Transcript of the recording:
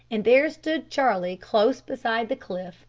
and there stood charlie close beside the cliff,